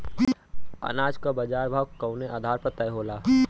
अनाज क बाजार भाव कवने आधार पर तय होला?